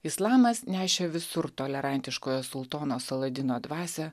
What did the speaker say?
islamas nešė visur tolerantiškojo sultono saladino dvasią